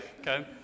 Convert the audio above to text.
okay